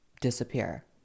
disappear